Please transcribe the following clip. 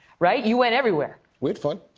right? you went everywhere. we had fun.